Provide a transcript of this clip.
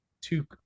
two